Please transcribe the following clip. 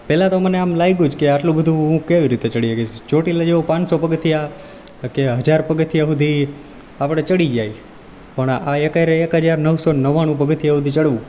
પહેલાં તો મને આમ લાગ્યું જ કે આટલું બધું હું કેવી રીતે ચડી શકીશ ચોટીલા જેવું પાંચસો પગથિયાં કે હજાર પગથિયાં સુધી આપણે ચડી જઈએ પણ આ એક સાથે એક હજાર નવસો નવાણું પગથિયાં હુંધી ચડવું